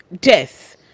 death